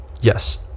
yes